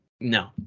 no